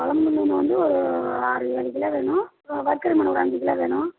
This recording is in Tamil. கொழம்பு மீன் வந்து ஒரு ஆறு ஏழு கிலோ வேணும் வறுக்கிற மீன் ஒரு அஞ்சு கிலோ வேணும்